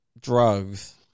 drugs